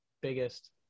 biggest